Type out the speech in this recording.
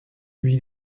lui